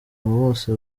bose